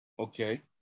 Okay